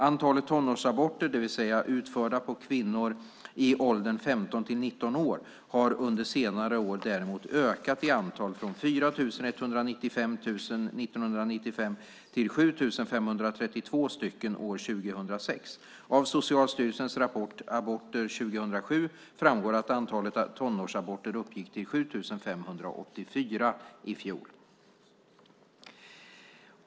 Antalet tonårsaborter, det vill säga utförda på kvinnor i åldern 15-19 år, har under senare år däremot ökat i antal från 4 195 år 1995 till 7 532 år 2006. Av Socialstyrelsens rapport Aborter 2007 framgår att antalet tonårsaborter uppgick till 7 584 i fjol.